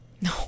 No